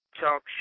talk